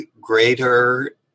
greater